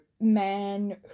man